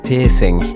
piercing